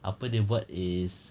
apa dia buat is